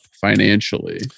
financially